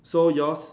so yours